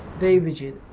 david yeah